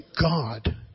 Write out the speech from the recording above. God